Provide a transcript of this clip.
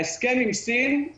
ההסכם עם סין הוא